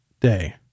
day